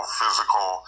physical